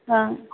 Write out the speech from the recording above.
हाँ